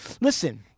listen